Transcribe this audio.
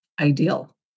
ideal